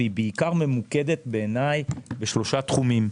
והיא בעיקר ממוקדת בעיניי בשלושה תחומים.